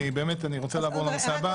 ברשותך, אני רוצה לעבור לנושא הבא.